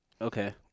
Okay